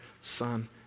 Son